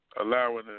allowing